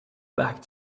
back